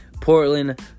Portland